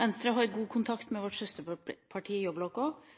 Venstre har god kontakt med